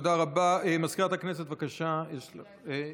ולגבי ועדת הסל, יש רופאים מכל מיני דיסציפלינות.